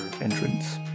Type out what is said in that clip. entrance